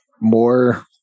more